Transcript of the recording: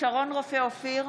שרון רופא אופיר,